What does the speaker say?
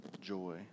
joy